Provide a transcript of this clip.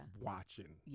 watching